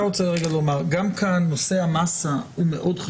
שנקבעת איזושהי דרך פעולה או איזשהו משהו קבוע,